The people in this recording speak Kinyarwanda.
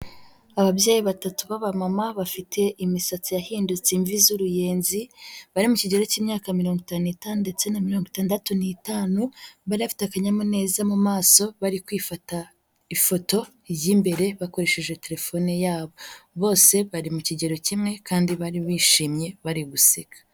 Ababyeyi batatu b'aba mama bafite imisatsi yahindutse imvibi z'uruyenzi, bari mu kigero cy'imyaka mirongo itanu n'itanu ndetse na mirongo itandatu n'itanu, bari bafite akanyamuneza mu maso bari kwifata ifoto y'imbere, bakoresheje telefone yabo. Bose bari mu kigero kimwe, kandi bari bishimye bari guseka.